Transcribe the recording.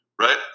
Right